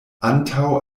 antaŭ